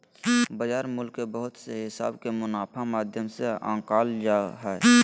बाजार मूल्य के बहुत से हिसाब के मुनाफा माध्यम से आंकल जा हय